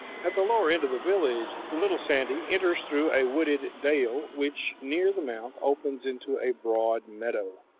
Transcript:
at the lower end of the village, the little sandy enters through a wooded dale, which near the mouth opens into a broad meadow.